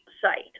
site